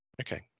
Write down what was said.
okay